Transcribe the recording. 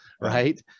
right